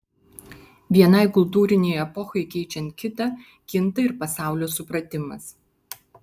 vienai kultūrinei epochai keičiant kitą kinta ir pasaulio supratimas